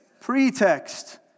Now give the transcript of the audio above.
pretext